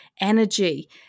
energy